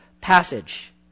passage